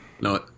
No